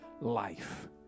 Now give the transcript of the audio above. life